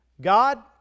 God